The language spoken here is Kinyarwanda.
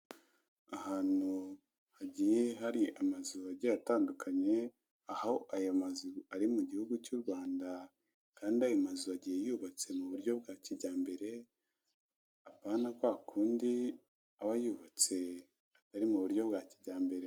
Ahantu hagiye hari amazu agiye atandukanye, aho aya mazu ari mu gihugu cy'u Rwanda, kandi ayo mazu agiye yubatse mu buryo bwa kijyambere, apana kwa kundi aba yubatse atari mu buryo bwa kijyambere.